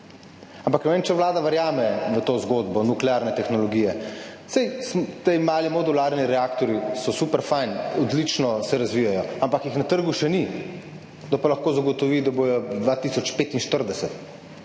Ampak ne vem, če Vlada verjame v to zgodbo nuklearne tehnologije. Saj ti mali modularni reaktorji so super, fajn, odlično se razvijajo, ampak jih na trgu še ni. Kdo pa lahko zagotovi, da bodo do